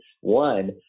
One